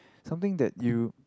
something that you